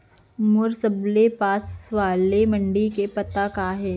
मोर सबले पास वाले मण्डी के पता का हे?